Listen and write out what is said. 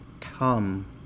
come